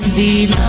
the